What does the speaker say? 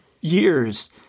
years